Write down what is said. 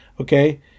Okay